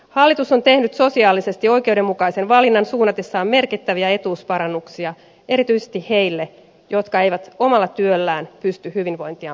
hallitus on tehnyt sosiaalisesti oikeudenmukaisen valinnan suunnatessaan merkittäviä etuusparannuksia erityisesti niille jotka eivät omalla työllään pysty hyvinvointiaan parantamaan